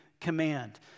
command